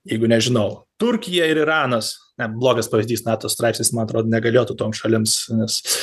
jeigu nežinau turkija ir iranas ne blogas pavyzdys nato straipsnis man atrodo negaliotų toms šalims nes